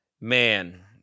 man